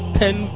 ten